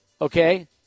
okay